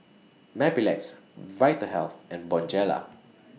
Mepilex Vitahealth and Bonjela